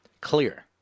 clear